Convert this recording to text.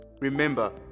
Remember